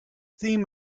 theme